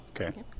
okay